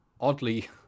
oddly